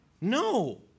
No